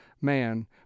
man